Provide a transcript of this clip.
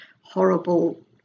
horrible